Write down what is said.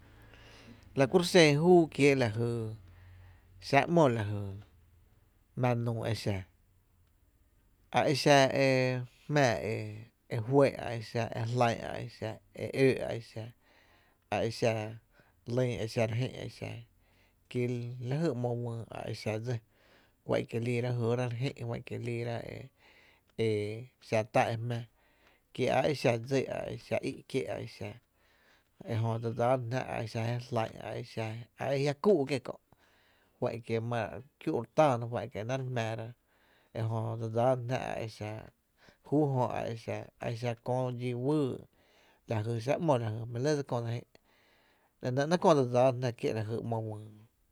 La kuro’ xen júú kiee’ xáá’ ‘mo lajy mⱥⱥ nuu la ku e xa ae xa e jmⱥⱥ e e fɇé’ e jlá’n e xa e öö’ a exa, a exa e e re jï’ a e xa ki la jy ‘mo wÿÿ a e xa dsí juá’n kie’ liira e jɇɇra e re jï’ juá’n kie’ e xa tá e jmⱥⱥ kie a exa í’ a exa dsí kie’ a exa ejö dse dsáána jná e a e xa e jlá’n ajia’ kúú’ kié’ kö’ jua’n kie’ ma re kiú’ re táána juá’n kie’ e náá’ re jmⱥⱥ’ra e jö dse dsáána jná e a exa júú jö a exa kö dxi wyy la jy xáá’ ‘mo lajy jmí’ lɇ dse kö dse jï’ e nɇ ‘néé’ köö dse dsáána jná kié’ lajy ‘mo wÿÿ.